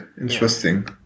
Interesting